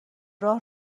راه